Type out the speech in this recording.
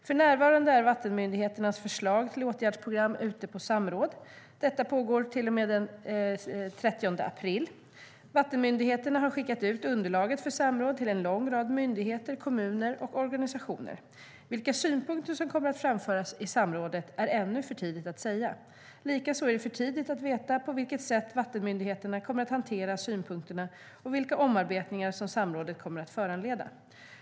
För närvarande är vattenmyndigheternas förslag till åtgärdsprogram ute på samråd. Detta pågår till och med den 30 april. Vattenmyndigheterna har skickat ut underlaget för samråd till en lång rad myndigheter, kommuner och organisationer. Vilka synpunkter som kommer att framföras i samrådet är ännu för tidigt att säga. Likaså är det för tidigt att veta på vilket sätt vattenmyndigheterna kommer att hantera synpunkterna och vilka omarbetningar som samrådet kommer att föranleda.